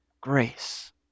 grace